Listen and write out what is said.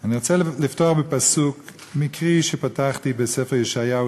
אני רוצה לפתוח בפסוק מקרי שפתחתי בספר ישעיהו